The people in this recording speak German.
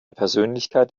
persönlichkeit